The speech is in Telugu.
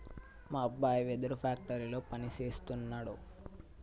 మా అబ్బాయి వెదురు ఫ్యాక్టరీలో పని సేస్తున్నాడు